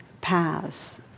paths